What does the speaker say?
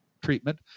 treatment